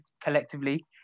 collectively